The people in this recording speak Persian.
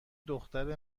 دختر